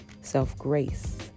self-grace